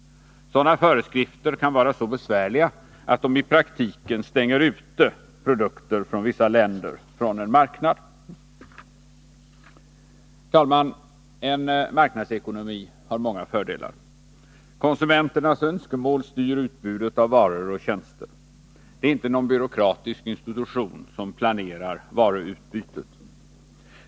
Sådana föreskrifter kan vara så besvärliga att de i praktiken stänger ute produkter från vissa länder från en marknad. Herr talman! En marknadsekonomi har många fördelar. Konsumenternas önskemål styr utbudet av varor och tjänster. Det är inte någon byråkratisk institution som planerar varuutbudet.